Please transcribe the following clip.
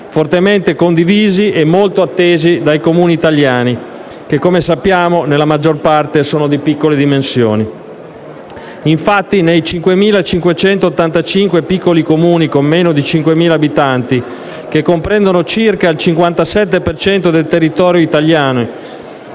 fortemente condivisi e molto attesi dai Comuni italiani, che, come sappiamo, nella maggior parte sono di piccole dimensioni. Infatti, nei 5.585 piccoli Comuni con meno di 5.000 abitanti, che comprendono circa il 57 per cento del territorio italiano,